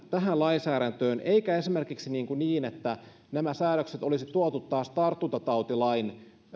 tähän lainsäädäntöön eikä esimerkiksi niin että nämä säädökset olisi tuotu tartuntatautilain